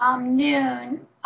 noon